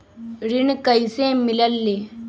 ऋण कईसे मिलल ले?